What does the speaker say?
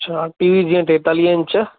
छा TV जीअं टेतालीह इंच